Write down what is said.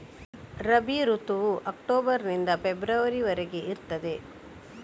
ರಬಿ ಋತುವು ಅಕ್ಟೋಬರ್ ನಿಂದ ಫೆಬ್ರವರಿ ವರೆಗೆ ಇರ್ತದೆ